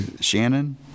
Shannon